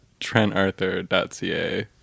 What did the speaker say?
trentarthur.ca